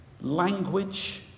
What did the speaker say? Language